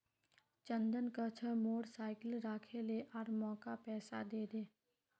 चंदन कह छ मोर साइकिल राखे ले आर मौक पैसा दे दे